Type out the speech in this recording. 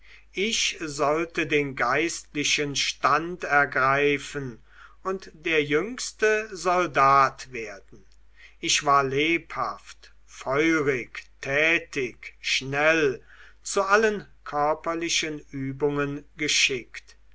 ich sollte den geistlichen stand ergreifen und der jüngste soldat werden ich war lebhaft feurig tätig schnell zu allen körperlichen übungen geschickt